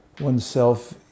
oneself